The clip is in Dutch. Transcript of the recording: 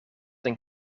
een